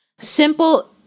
simple